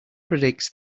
predicts